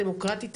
הדמוקרטית,